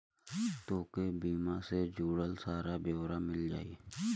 तोके बीमा से जुड़ल सारा ब्योरा मिल जाई